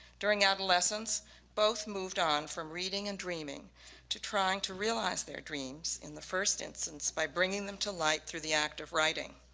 during adolescence both moved on from reading and dreaming to trying to realize their dreams in the first instance by bringing them to life through the act of writing.